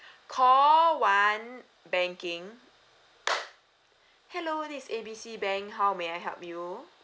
call one banking hello this is A B C bank how may I help you